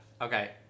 Okay